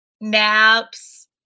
Naps